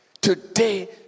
Today